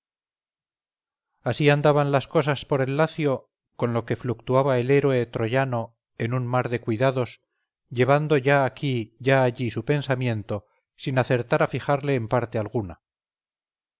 así andaban las cosas por el lacio con lo que fluctuaba el héroe troyano en un mar de cuidados llevando ya aquí ya allí su pensamiento sin acertar a fijarle en parte alguna